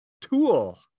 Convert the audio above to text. Tool